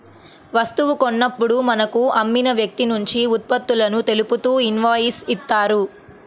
వస్తువు కొన్నప్పుడు మనకు అమ్మిన వ్యక్తినుంచి ఉత్పత్తులను తెలుపుతూ ఇన్వాయిస్ ఇత్తారు